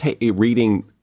reading